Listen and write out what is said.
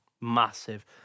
Massive